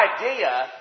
idea